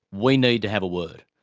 we need to have a word.